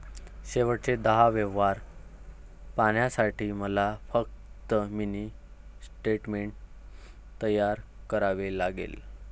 शेवटचे दहा व्यवहार पाहण्यासाठी मला फक्त मिनी स्टेटमेंट तयार करावे लागेल